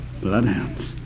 Bloodhounds